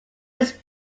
was